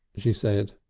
she said.